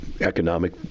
economic